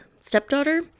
stepdaughter